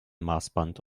maßband